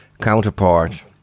Counterpart